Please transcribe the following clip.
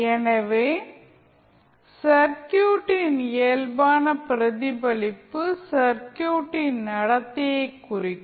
எனவே சர்க்யூட்டின் இயல்பான பிரதிபலிப்பு சர்க்யூட்டின் நடத்தையை குறிக்கும்